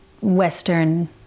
Western